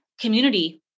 community